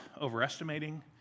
overestimating